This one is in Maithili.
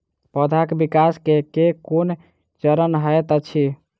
पौधाक विकास केँ केँ कुन चरण हएत अछि?